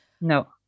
No